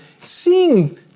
seeing